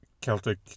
Celtic